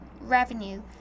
revenue